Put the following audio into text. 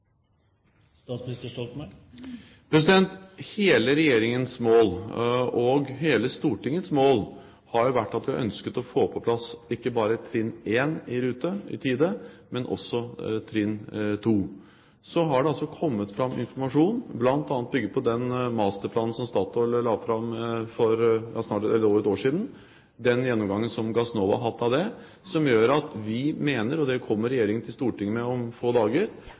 Hele Regjeringens mål og hele Stortingets mål har jo vært at vi har ønsket å få på plass ikke bare trinn 1 i rute, i tide, men også trinn 2. Så har det altså kommet fram informasjon, bl.a. bygd på den masterplanen som Statoil la fram for over et år siden, den gjennomgangen som Gassnova har hatt av det, som gjør at vi mener – og det kommer Regjeringen til Stortinget med om få dager